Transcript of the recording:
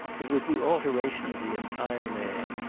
it was the alteration of the entire man,